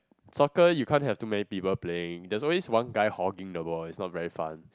soccer you can't have too many people playing there is always one guy hogging the ball it's not very fun